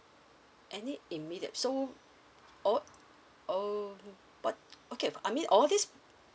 any immediate so oh oh but okay I mean all this